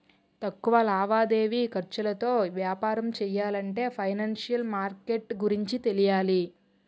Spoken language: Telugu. తక్కువ లావాదేవీ ఖర్చులతో వ్యాపారం చెయ్యాలంటే ఫైనాన్సిషియల్ మార్కెట్ గురించి తెలియాలి